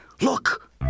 Look